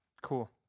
Cool